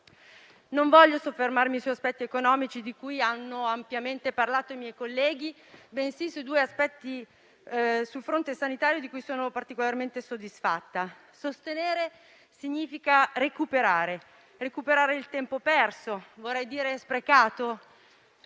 Non voglio soffermarmi su aspetti economici di cui hanno ampiamente parlato i miei colleghi, bensì sui due aspetti sul fronte sanitario di cui sono particolarmente soddisfatta. Sostenere significa recuperare il tempo perso, vorrei dire sprecato